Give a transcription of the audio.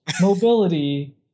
mobility